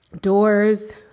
doors